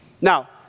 Now